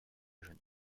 genoux